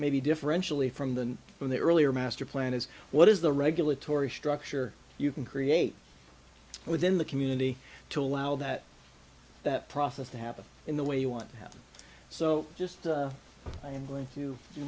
maybe differentially from the from the earlier master plan is what is the regulatory structure you can create within the community to allow that that process to happen in the way you want so just i'm going to do